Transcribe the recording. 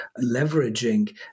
leveraging